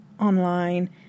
online